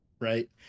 right